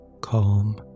Calm